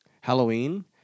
Halloween